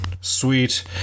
sweet